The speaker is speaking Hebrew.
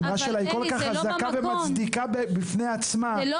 האמרה שלה היא כל כך חזקה ומצדיקה בפני עצמה,